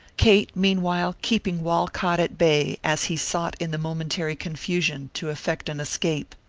kate meanwhile keeping walcott at bay as he sought in the momentary confusion to effect an escape.